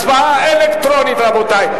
הצבעה אלקטרונית, רבותי.